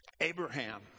Abraham